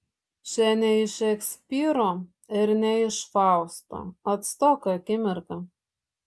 čia ne iš šekspyro ir ne iš fausto atstok akimirka